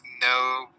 no